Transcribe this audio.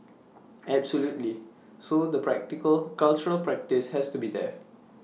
absolutely so the practically cultural practice has to be there